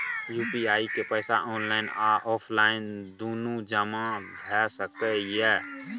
UPI के पैसा online आ ऑफलाइन दुनू जमा भ सकै इ?